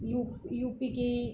you U P के